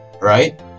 right